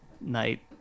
night